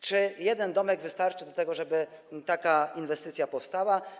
Czy jeden domek wystarczy, żeby taka inwestycja powstała?